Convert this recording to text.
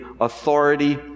authority